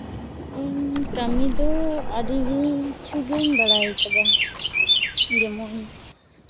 ᱤᱧ ᱠᱟᱹᱢᱤ ᱫᱚ ᱟᱹᱰᱤ ᱠᱤᱪᱷᱩ ᱜᱤᱧ ᱵᱟᱲᱟᱭ ᱠᱟᱫᱟ ᱡᱮᱢᱚᱱ